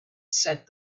said